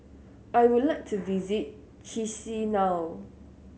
I would like to visit Chisinau